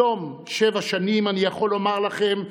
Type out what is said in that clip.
בתום שבע שנים אני יכול לומר לכם,